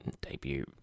debut